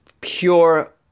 pure